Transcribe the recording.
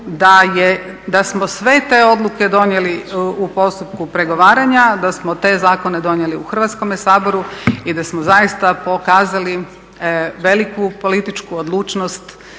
da smo sve te odluke donijeli u postupku pregovaranja, da smo te zakone donijeli u Hrvatskome saboru i da smo zaista pokazali veliku politiku odlučnost